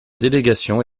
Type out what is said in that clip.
délégation